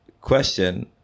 question